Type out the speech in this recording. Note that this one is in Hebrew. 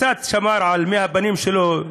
קצת שמר על הפנים שלו,